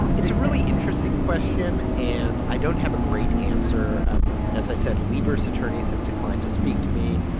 it's a really interesting question, and i don't have a great answer. um as i said, lieber's attorneys have declined to speak to me.